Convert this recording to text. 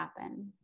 happen